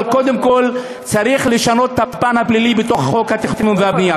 אבל קודם כול צריך לשנות את הפן הפלילי בתוך חוק התכנון והבנייה.